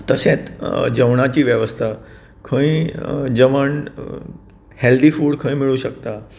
तशेंच जेवणाची वेवस्था खंय जेवण हेल्थी फूड खंय मेळूंक शकता